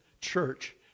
church